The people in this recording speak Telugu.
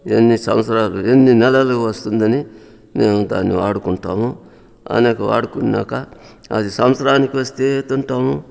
ఎన్ని సంవత్సరాలు ఎన్ని నెలలు వస్తుందని మేము దాన్ని వాడుకుంటాము అయినాక వాడుకున్నాక అది సంవత్సరానికి వస్తే తింటాము